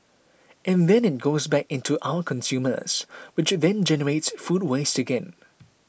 and then it goes back into our consumers which then generates food waste again